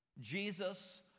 Jesus